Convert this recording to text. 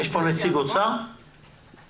יש פה נציג של משרד האוצר?